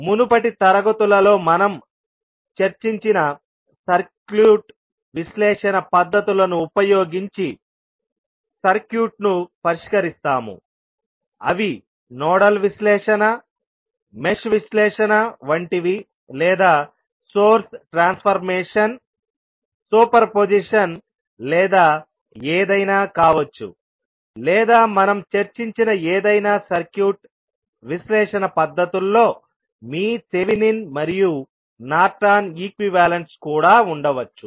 మునుపటి తరగతులలో మనం చర్చించిన సర్క్యూట్ విశ్లేషణ పద్ధతులను ఉపయోగించి సర్క్యూట్ను పరిష్కరిస్తాముఅవి నోడల్ విశ్లేషణ మెష్ విశ్లేషణ వంటివి లేదా సోర్స్ ట్రాన్స్ఫర్మేషన్ సూపర్పొజిషన్ లేదా ఏదైనా కావచ్చు లేదా మనం చర్చించిన ఏదైనా సర్క్యూట్ విశ్లేషణ పద్ధతుల్లో మీ థెవెనిన్ మరియు నార్టన్ ఈక్వివాలంట్స్ కూడా ఉండవచ్చు